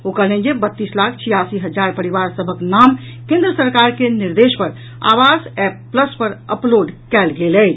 ओ कहलनि जे बत्तीस लाख छियासी हजार परिवार सभक नाम केन्द्र सरकार के निर्देश पर आवास एप्प प्लस पर अपलोड कयल गेल अछि